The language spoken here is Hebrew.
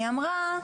היא אמרה,